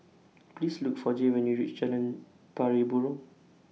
Please Look For Jay when YOU REACH Jalan Pari Burong